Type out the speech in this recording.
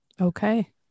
Okay